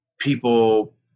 people